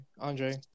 Andre